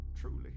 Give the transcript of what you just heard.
truly